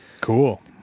Cool